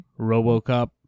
Robocop